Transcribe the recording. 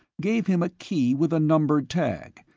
gave him a key with a numbered tag,